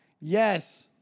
Yes